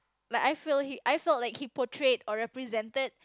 like I feel he I feel he portrayed or represented